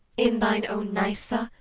in thine own nysa,